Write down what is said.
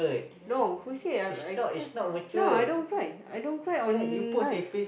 no who I'm I who I say I cry I don't cry on live